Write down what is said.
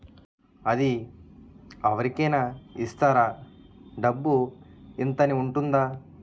అది అవరి కేనా ఇస్తారా? డబ్బు ఇంత అని ఉంటుందా?